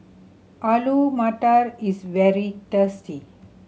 Alu Matar is very tasty